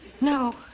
No